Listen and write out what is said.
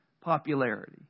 popularity